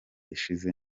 ishize